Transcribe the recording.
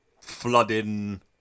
flooding